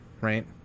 right